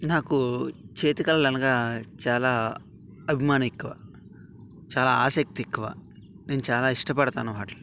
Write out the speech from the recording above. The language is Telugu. నాకు చేతి కళలు అనగా చాలా అభిమానం ఎక్కువ చాలా ఆసక్తి ఎక్కువ నేను చాలా ఇష్టపడతాను వాటిని